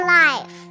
life